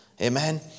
Amen